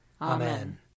Amen